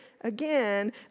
again